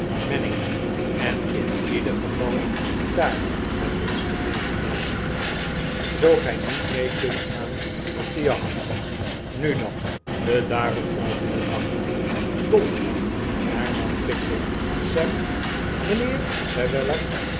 manning en in ieder geval daar met ons te dejeuneeren zoo gij niet mee kunt gaan op de jacht nu dan den daaropvolgenden dag donderdag hernam pickwick sam mijnheer zei weller